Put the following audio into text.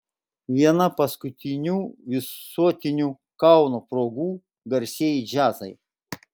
viena paskutinių visuotinių kauno progų garsieji džiazai